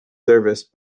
serviced